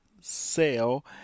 sale